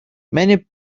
many